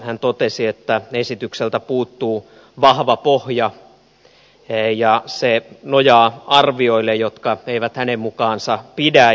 hän totesi että esitykseltä puuttuu vahva pohja ja se nojaa arvioille jotka eivät hänen mukaansa pidä